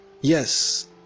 Yes